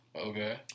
Okay